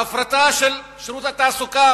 ההפרטה של שירות התעסוקה,